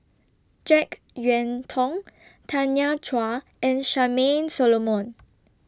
Jek Yeun Thong Tanya Chua and Charmaine Solomon